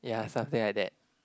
ya something like that